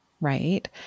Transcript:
right